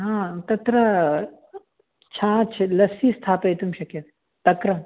हा तत्र छाच् लस्सि स्थापयितुं शक्यते तक्रं